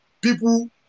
people